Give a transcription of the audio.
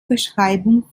beschreibung